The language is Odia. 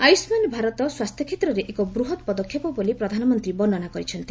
ଆୟୁଷ୍ମାନ ଭାରତ ସ୍ୱାସ୍ଥ୍ୟକ୍ଷେତ୍ରରେ ଏକ ବୃହତ୍ ପଦକ୍ଷେପ ବୋଲି ପ୍ରଧାନମନ୍ତ୍ରୀ ବର୍ଷ୍ଣନା କରିଛନ୍ତି